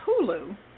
Hulu